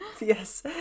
Yes